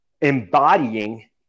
embodying